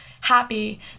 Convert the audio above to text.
happy